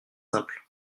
simple